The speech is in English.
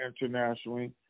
internationally